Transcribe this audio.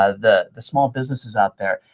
ah the the small businesses out there.